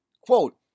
quote